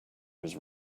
was